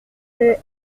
rue